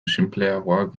sinpleagoak